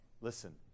Listen